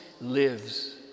lives